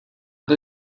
byl